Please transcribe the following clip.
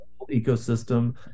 ecosystem